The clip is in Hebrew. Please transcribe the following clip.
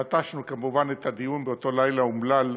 את הדיון באותו לילה אומלל,